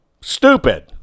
stupid